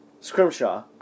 Scrimshaw